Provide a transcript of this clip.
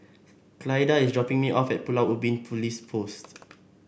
Clyda is dropping me off at Pulau Ubin Police Post